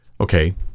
Okay